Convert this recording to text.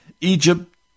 Egypt